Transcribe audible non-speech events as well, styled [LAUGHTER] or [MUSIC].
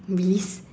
really [LAUGHS]